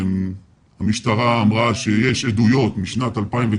המשטרה אמרה שיש עדויות משנת 2019